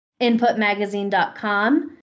InputMagazine.com